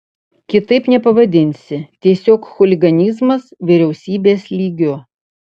kitaip nepavadinsi tiesiog chuliganizmas vyriausybės lygiu